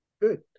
Good